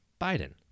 Biden